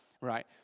right